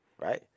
right